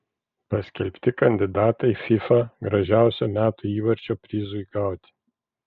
paskelbti kandidatai fifa gražiausio metų įvarčio prizui gauti